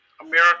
America